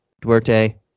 Duarte